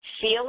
feel